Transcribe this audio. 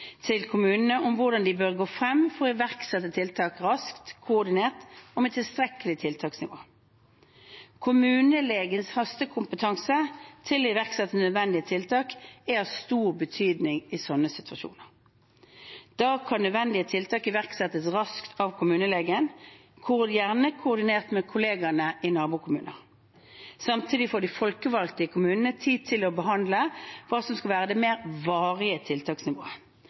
til kommunene om hvordan de bør gå frem for å iverksette tiltak raskt, koordinert og med tilstrekkelig tiltaksnivå. Kommunelegens hastekompetanse til å iverksette nødvendige tiltak er av stor betydning i slike situasjoner. Da kan nødvendige tiltak iverksettes raskt av kommunelegen, gjerne koordinert med kollegaer i nabokommunene. Samtidig får de folkevalgte i kommunene tid til å behandle hva som skal være det mer varige tiltaksnivået.